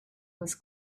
was